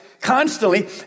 constantly